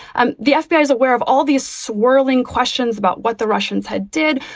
ah the fbi is aware of all these swirling questions about what the russians had did,